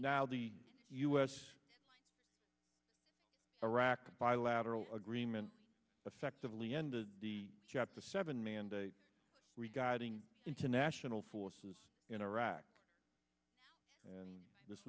now the u s iraq bilateral agreement effectively ended the chapter seven mandate regarding international forces in iraq and this